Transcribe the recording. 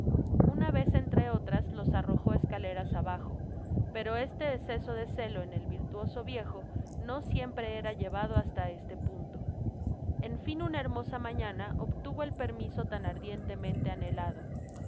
una vez entre otras los arrojo escaleras abajo pero este esceso de celo eu el viriuoso viejo no siempre era llevado hasta este punto en fin una hermosa mañana obtuvo el permiso tan ardientemente anhelado